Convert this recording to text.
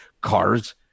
cars